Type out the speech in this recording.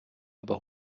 aber